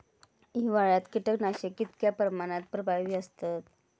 हिवाळ्यात कीटकनाशका कीतक्या प्रमाणात प्रभावी असतत?